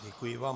Děkuji vám.